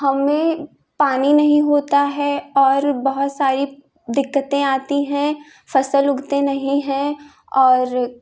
हमने पानी नहीं होता है और बहुत सारी दिक्कतें आती हैं फसल उगते नहीं है और